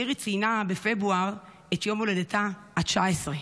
לירי ציינה בפברואר את יום הולדתה ה-19,